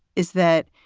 is that.